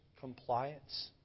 compliance